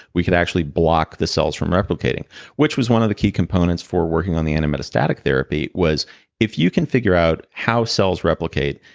we could actually block the cells from replicating which was one of the key components for working on the anti-metastatic therapy, was if you can figure out how cells replicate,